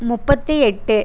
முப்பத்தி எட்டு